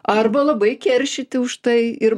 arba labai keršyti už tai ir